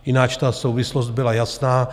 Jináč ta souvislost byla jasná.